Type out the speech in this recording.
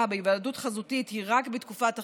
בהיוועדות חזותית היא רק בתקופת החירום,